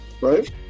right